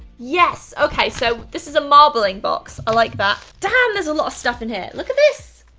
yes, okay. so this is a marbling box. i like that. damn, there's a lot of stuff in here! look at this!